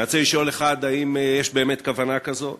אני רוצה לשאול: האם באמת יש כוונה כזאת?